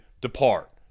depart